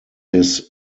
his